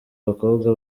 abakobwa